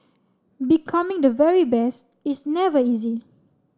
becoming the very best is never easy